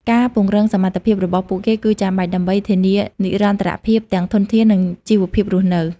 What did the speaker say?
ការពង្រឹងសមត្ថភាពរបស់ពួកគេគឺចាំបាច់ ដើម្បីធានានិរន្តរភាពទាំងធនធាន និងជីវភាពរស់នៅ។